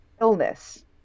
illness